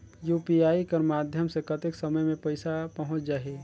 UPI कर माध्यम से कतेक समय मे पइसा पहुंच जाहि?